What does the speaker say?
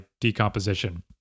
decomposition